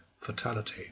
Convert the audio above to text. fatality